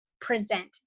present